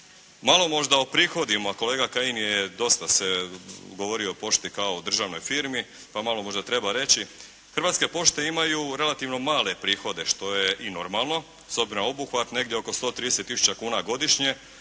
Malo možda o prihodima. Kolega Kajin je dosta govorio o pošti kao o državnoj firmi pa malo možda treba reći. Hrvatske pošte imaju relativno male prihode što je normalno s obzirom na obuhvat negdje oko 130 tisuća kuna godišnje,